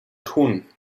tun